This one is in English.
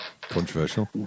Controversial